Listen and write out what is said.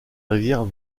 rivière